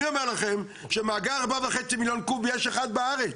אני אומר לכם שמאגר 4.5 מיליון קוב יש אחד בארץ.